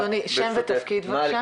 אדוני שם ותפקיד בבקשה.